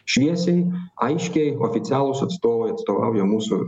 šviesiai aiškiai oficialūs atstovai atstovauja mūsų